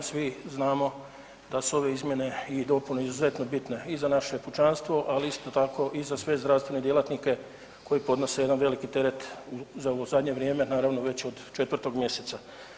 Svi znamo da su ove izmjene i dopune izuzetno bitne i za naše pučanstvo, ali isto tako i za sve zdravstvene djelatnike koji podnose jedan veliki teret, za ovo zadnje vrijeme, naravno već od 4. mjeseca.